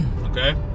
okay